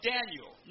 Daniel